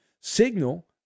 signal